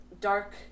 dark